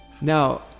Now